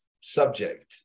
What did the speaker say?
subject